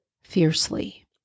fiercely